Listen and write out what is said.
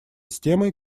темой